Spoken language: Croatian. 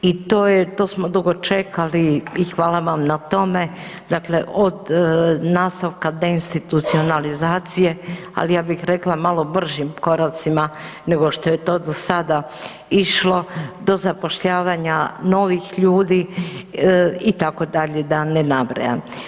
I to smo dugo čekali i hvala vam na tome, dakle od nastavka deinstitucionalizacije ali ja bih rekla, malo bržim koracima nego što je do sada išlo, do zapošljavanja novih ljudi itd., da ne nabrajam.